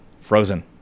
Frozen